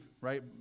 right